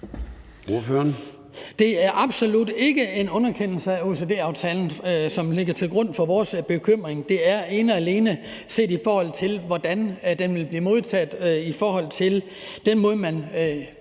Det er absolut ikke en underkendelse af OECD-aftalen, som ligger til grund for vores bekymring; det er ene og alene set i forhold til, hvordan den vil blive modtaget, i forhold til at man